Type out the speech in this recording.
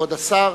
כבוד השר,